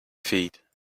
feet